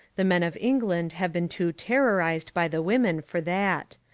the men of england have been too terrorised by the women for that.